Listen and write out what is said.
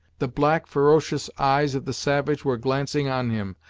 the black, ferocious eyes of the savage were glancing on him,